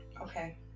Okay